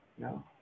No